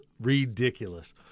ridiculous